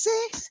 Six